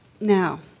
Now